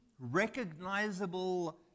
recognizable